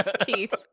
Teeth